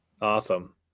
Awesome